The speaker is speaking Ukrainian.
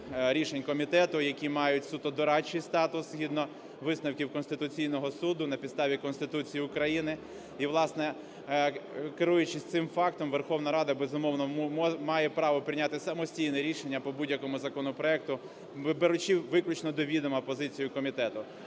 рішень комітету, які мають суто дорадчий статус, згідно висновків Конституційного Суду на підставі Конституції України. І, власне, керуючись цим фактом, Верховна Рада, безумовно, має право прийняти самостійне рішення по будь-якому законопроекту, беручи виключно до відома позицію комітету.